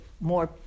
more